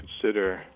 consider